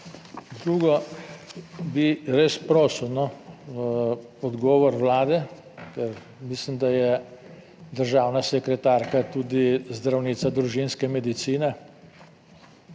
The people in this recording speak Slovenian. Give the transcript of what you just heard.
Drugo bi res prosil odgovor Vlade, ker mislim, da je državna sekretarka tudi zdravnica družinske medicine,